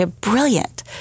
Brilliant